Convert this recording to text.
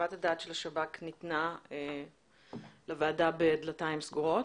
חוות הדעת של השב"כ ניתנה לוועדה בדלתיים סגורות.